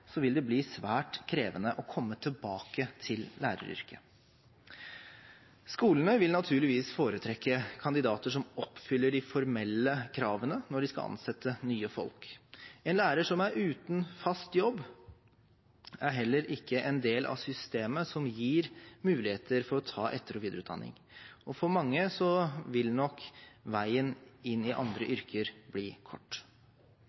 vil det bli svært krevende å komme tilbake til læreryrket. Skolene vil naturligvis foretrekke kandidater som oppfyller de formelle kravene når de skal ansette nye folk. En lærer som er uten fast jobb, er heller ikke en del av systemet som gir muligheter for å ta etter- og videreutdanning. For mange vil nok veien inn i andre yrker bli kort.